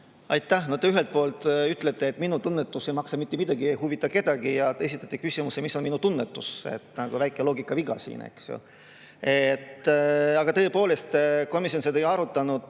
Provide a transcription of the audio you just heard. Aitäh! No ühelt poolt te ütlete, et minu tunnetus ei maksa mitte midagi, see ei huvita kedagi, aga samas esitate küsimuse, et mis on minu tunnetus. Siin on väike loogikaviga, eks ju. Aga tõepoolest, komisjon seda ei arutanud.